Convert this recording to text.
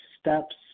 steps